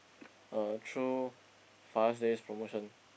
uh through Father's-Day promotion